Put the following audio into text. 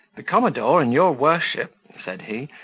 the commodore and your worship, said he,